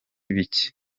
bike